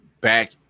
back